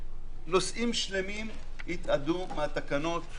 נושאים שלמים התאדו מהתקנות.